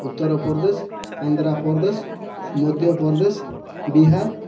Uttar Pradesh Andhra Pradesh Madhya Pradesh Bihar